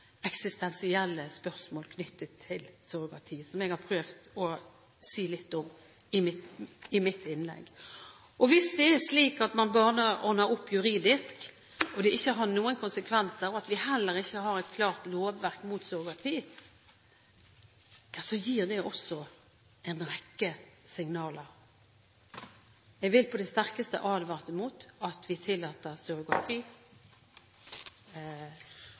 eksistensielle spørsmål knyttet til surrogati, som jeg har prøvd å si litt om i mitt innlegg. Hvis det er slik at bare man ordner opp juridisk, at det ikke har noen konsekvenser, og at vi heller ikke har et klart lovverk mot surrogati, gir det også en rekke signaler. Jeg vil på det sterkeste advare mot at vi tillater surrogati